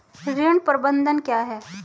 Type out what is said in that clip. ऋण प्रबंधन क्या है?